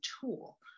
tool